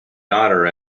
daughter